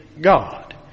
God